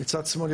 מצד שמאל,